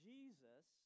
Jesus